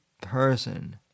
person